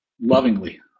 lovingly